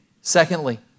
Secondly